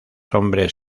hombres